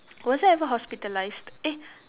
was I ever hospitalised eh